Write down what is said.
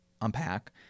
unpack